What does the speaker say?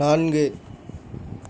நான்கு